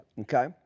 okay